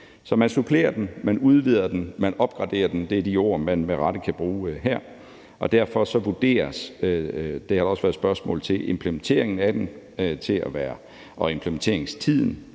Så man supplerer den, man udvider den, og man opgraderer den. Det er de ord, man med rette kan bruge her. Og derfor vurderes implementeringen af den og implementeringstiden